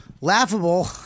Laughable